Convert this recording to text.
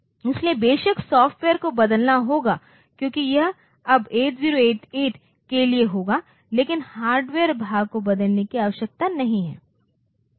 इसलिए बेशक सॉफ्टवेयर को बदलना होगा क्योंकि यह अब 8088 के लिए होगा लेकिन हार्डवेयर भाग को बदलने की आवश्यकता नहीं है